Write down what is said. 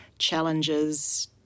challenges